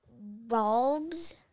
bulbs